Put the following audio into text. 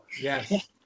Yes